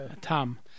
Tom